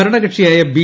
ഭരണ കക്ഷിയായ ബി